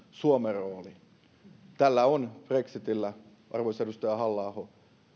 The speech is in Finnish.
suomen rooli brexitillä on arvoisa edustaja halla aho